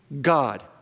God